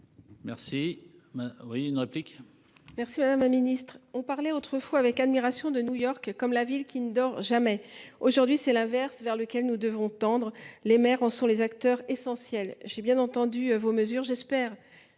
Merci. Oui une réplique. Merci madame la ministre, on parlait autrefois avec admiration de New York comme la ville qui ne dort jamais. Aujourd'hui c'est l'inverse vers lequel nous devons tendre les maires en sont les acteurs essentiels. J'ai bien entendu vos mesures. J'espère